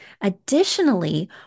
Additionally